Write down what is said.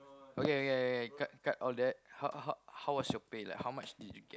okay okay cut cut all that how how was your pay like how much did you